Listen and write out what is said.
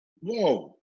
whoa